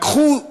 לקחו 56%,